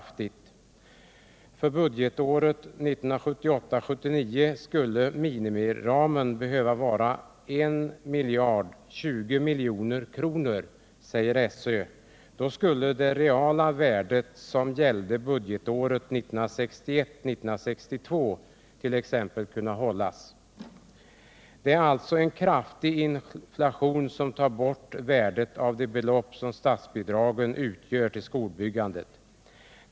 För budgetåret 1978 62 kunna hållas. En kraftig inflation minskar alltså värdet av statsbidragen till skolbyggandet.